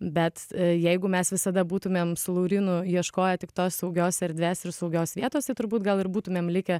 bet jeigu mes visada būtumėm laurynu ieškoję tik tos saugios erdvės ir saugios vietos tai turbūt gal ir būtumėm likę